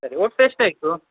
ಸರಿ ಒಟ್ಟು ಎಷ್ಟಾಯಿತು